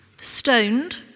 stoned